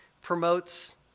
promotes